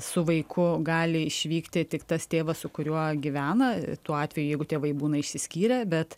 su vaiku gali išvykti tik tas tėvas su kuriuo gyvena tuo atveju jeigu tėvai būna išsiskyrę bet